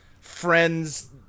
friend's